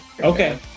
Okay